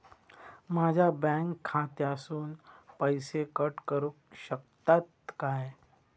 माझ्या बँक खात्यासून पैसे कट करुक शकतात काय?